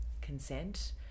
consent